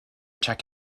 check